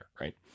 right